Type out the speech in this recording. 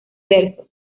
versos